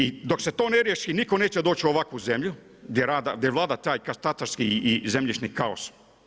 I dok se to ne riješi nitko neće doći u ovakvu zemlju gdje vlada taj katastarski i zemljišni kaos.